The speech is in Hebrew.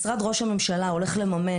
משרד ראש הממשלה הולך לממן,